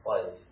place